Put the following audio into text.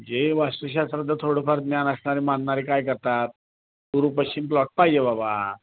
जे वास्तुशास्त्राचं थोडंफार ज्ञान असणारी मानणारी काय करतात पूर्व पश्चिम प्लॉट पाहिजे बाबा